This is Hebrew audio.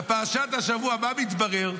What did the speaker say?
בפרשת השבוע, מה מתברר?